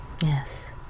Yes